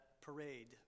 parade